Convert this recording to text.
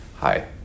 hi